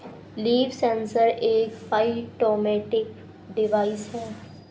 leaf sensor एक phytometric device है